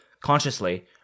consciously